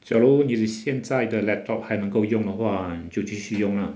假如你现在的 laptop 还能够用的话你就继续用 lah